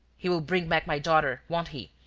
he will bring back my daughter, won't he?